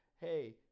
hey